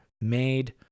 made